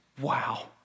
wow